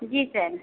जी sir